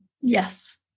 Yes